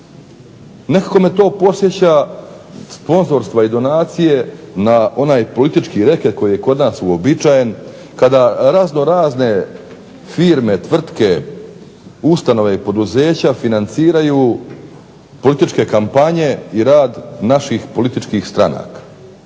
Nekako me to podsjeća sponzorstva i donacije na politički reket koji je kod nas uobičajen kada razno razne firme, tvrtke, ustanove i poduzeća financiraju političke kampanje i rad naših političkih stranaka